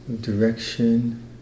direction